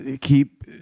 keep